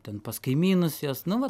ten pas kaimynus jos nu vat